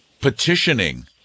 petitioning